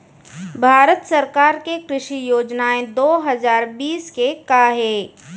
भारत सरकार के कृषि योजनाएं दो हजार बीस के का हे?